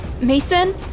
mason